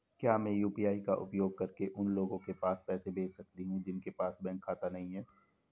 क्या मैं यू.पी.आई का उपयोग करके उन लोगों के पास पैसे भेज सकती हूँ जिनके पास बैंक खाता नहीं है?